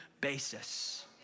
basis